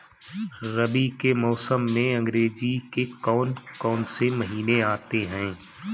रबी के मौसम में अंग्रेज़ी के कौन कौनसे महीने आते हैं?